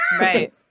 Right